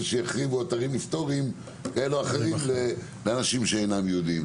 שיחריבו אתרים היסטוריים כאלה או אחרים לאנשים שאינם יהודים.